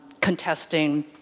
contesting